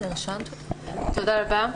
תודה רבה.